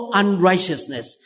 unrighteousness